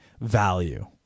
value